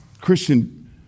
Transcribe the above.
Christian